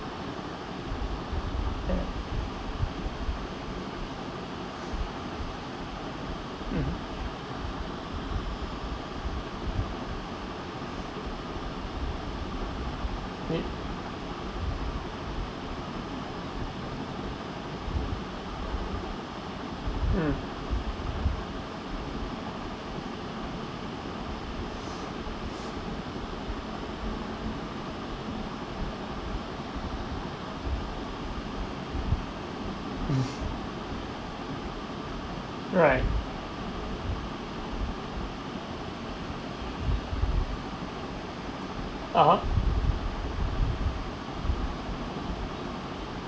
mmhmm eh mm right (uh huh)